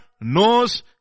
knows